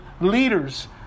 leaders